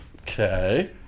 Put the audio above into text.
Okay